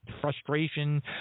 frustration